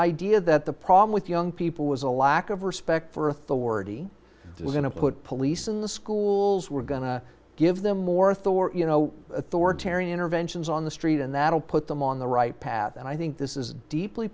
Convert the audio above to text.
idea that the problem with young people was a lack of respect for authority that we're going to put police in the schools we're going to give them more thorough you know authoritarian interventions on the street and that'll put them on the right path and i think this is deeply